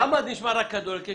למה שומעים רק על הכדורגל?